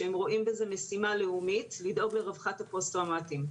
שהם רואים בזה משימה לאומית לדאוג לרווחת הפוסט טראומטיים,